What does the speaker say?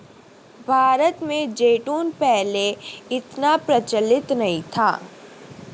भारत में जैतून पहले इतना प्रचलित नहीं था